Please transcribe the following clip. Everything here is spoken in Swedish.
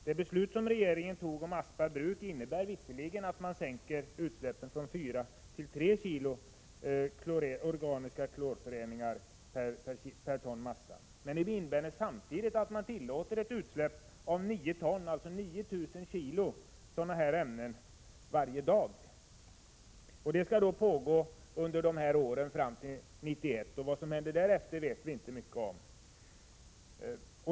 Det beslut regeringen har fattat om Aspa bruk innebär visserligen att man sänker utsläppen från 4 till 3 kg organiska klorföreningar per ton massa, men det innebär samtidigt att man tillåter ett utsläpp av 9 ton, och det skall pågå fram till år 1991. Vad som händer därefter vet vi inte mycket om.